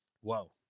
Whoa